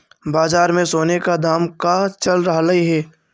बाजार में सोने का दाम का चल रहलइ हे